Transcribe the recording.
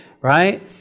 right